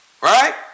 Right